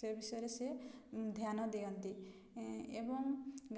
ସେ ବିଷୟରେ ସେ ଧ୍ୟାନ ଦିଅନ୍ତି ଏବଂ